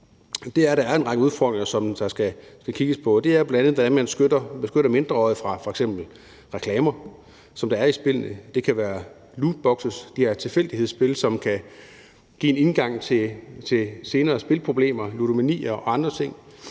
på en række udfordringer, og det er bl.a., hvordan man beskytter mindreårige mod f.eks. reklamer, som der er i spillene. Det kan være lootboxes i de her tilfældighedsspil, som kan give en indgang til senere spilproblemer, ludomani og andre ting,